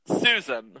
Susan